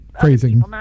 Phrasing